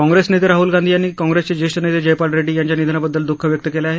काँप्रेस नेते राहूल गांधी यांनी काँप्रेसचे ज्येष्ठ नेते जयपाल रेड्डी यांच्या निधनाबद्दल दुःख व्यक्त केलं आहे